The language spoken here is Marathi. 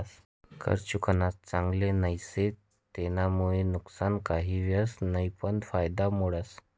कर चुकाडानं चांगल नई शे, तेनामुये नुकसान काही व्हस नयी पन कायदा मोडावस